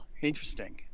interesting